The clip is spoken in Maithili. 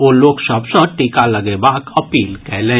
ओ लोक सभ सँ टीका लगेबाक अपील कयलनि